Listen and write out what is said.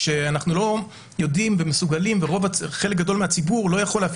כשאנחנו לא יודעים ומסוגלים וחלק גדול מהציבור לא יכול להפעיל